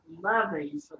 loving